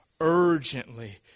Urgently